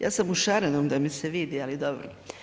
Ja sam u šarenom da me se vidi, ali dobro.